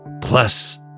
Plus